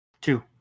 Two